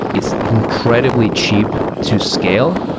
it's incredibly cheap to scale,